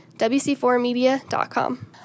wc4media.com